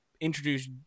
introduce